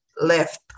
left